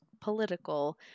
political